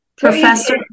Professor